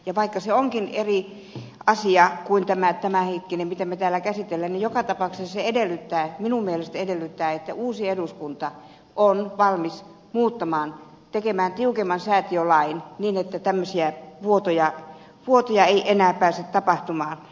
ja vaikka se onkin eri asia kuin se asia mitä me täällä käsittelemme se edellyttää että uusi eduskunta on valmis muuttamaan tekemään tiukemman säätiölain jotta tämmöisiä vuotoja ei enää pääse tapahtumaan